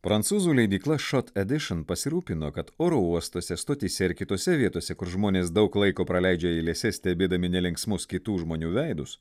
prancūzų leidykla šot edišin pasirūpino kad oro uostuose stotyse ir kitose vietose kur žmonės daug laiko praleidžia eilėse stebėdami nelinksmus kitų žmonių veidus